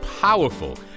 powerful